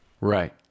Right